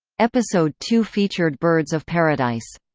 episode two featured birds of paradise.